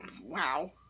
Wow